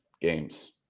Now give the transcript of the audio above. games